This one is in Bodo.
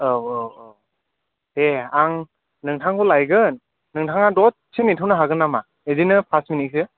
औ औ औ दे आं नोंथांखौ लायगोन नोंथाङा दसे नेथ'नो हागोन नामा बिदिनो फास मिनिटसो